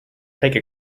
take